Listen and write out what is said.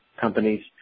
companies